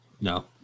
No